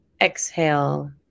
exhale